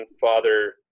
father